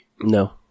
No